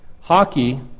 Hockey